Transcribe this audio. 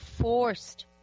forced